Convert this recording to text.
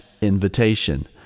invitation